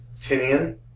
Tinian